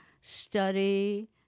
study